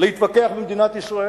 להתווכח במדינת ישראל,